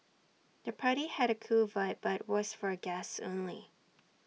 the party had A cool vibe but was for guests only